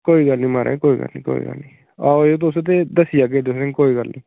कोई गल्ल निं म्हाराज कोई गल्ल निं कोई गल्ल निं आओ तुस ते दस्सी आह्गे तुसेंगी कोई गल्ल निं